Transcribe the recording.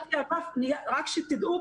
רק שתדעו,